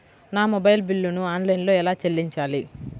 నా మొబైల్ బిల్లును ఆన్లైన్లో ఎలా చెల్లించాలి?